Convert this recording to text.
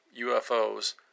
UFOs